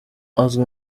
azwi